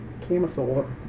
camisole